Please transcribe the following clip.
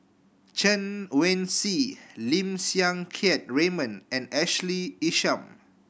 Chen Wen Hsi Lim Siang Keat Raymond and Ashley Isham